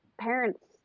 parents